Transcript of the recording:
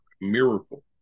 miracle